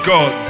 God